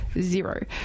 zero